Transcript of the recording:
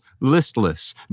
listless